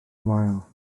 wael